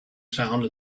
sound